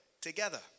together